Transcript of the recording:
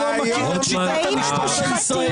היו הרבה דפוקים שייצגו את האינטרס הציבורי,